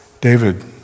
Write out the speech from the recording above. David